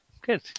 Good